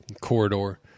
corridor